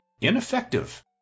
ineffective